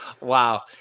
Wow